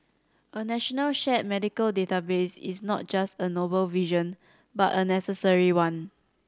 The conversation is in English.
a national shared medical database is not just a noble vision but a necessary one